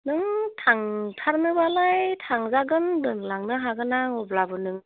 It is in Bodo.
नों थांथारनोबालाय थांजागोन दोनलांनो हागोन आं अब्लाबो